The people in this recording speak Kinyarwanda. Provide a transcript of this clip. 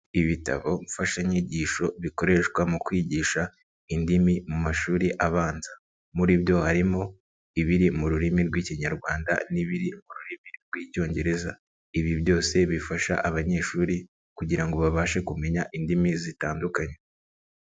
Ibitabo mfashanyigisho bikoreshwa mu kwigisha indimi mu mashuri abanza, muri byo harimo ibiri mu rurimi rw'Ikinyarwanda n'ibiri mu ururimi rw'Icyongereza, ibi byose bifasha abanyeshuri kugira ngo babashe kumenya indimi zitandukanye.